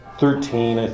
thirteen